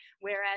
Whereas